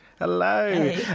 Hello